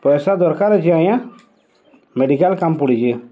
ପଏସା ଦର୍କାର୍ ଅଛେ ଆଜ୍ଞା ମେଡ଼ିକାଲ୍ କାମ୍ ପଡ଼ିଛେ